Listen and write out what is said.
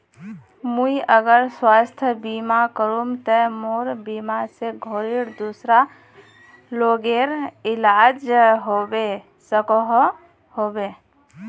मुई अगर स्वास्थ्य बीमा करूम ते मोर बीमा से घोरेर दूसरा लोगेर इलाज होबे सकोहो होबे?